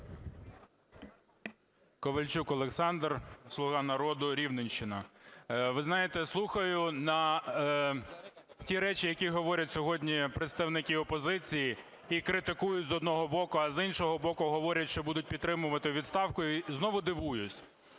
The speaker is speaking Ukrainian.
Ковальчук Олександр, "Слуга народу", Рівненщина. Ви знаєте, слухаю ті речі, які говорять сьогодні представники опозиції і критикують з одного боку, а з іншого боку говорять, що будуть підтримувати відставку, і знову дивуюсь.